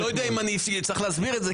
אני לא יודע אם אני צריך להסביר את זה,